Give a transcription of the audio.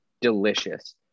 delicious